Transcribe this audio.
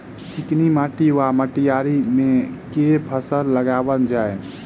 चिकनी माटि वा मटीयारी मे केँ फसल लगाएल जाए?